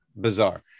Bizarre